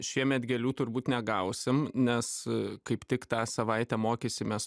šiemet gėlių turbūt negausim nes kaip tik tą savaitę mokysimės